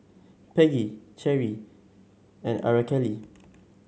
Peggy Cherie and Aracely